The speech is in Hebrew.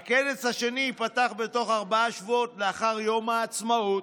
הכנס השני ייפתח בתוך ארבעה שבועות לאחר יום העצמאות,